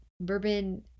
bourbon